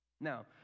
Now